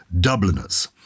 Dubliners